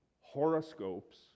horoscopes